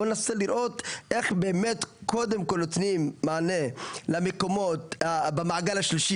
בואו ננסה לראות איך באמת קודם כל יוצרים מענה למקומות במעגל השלישי